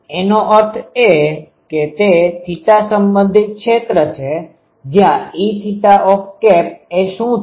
એનો અર્થ એ કે તે θ સંબંધિત ક્ષેત્ર છે જ્યાં E એ શુ છે